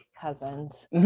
cousins